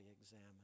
examine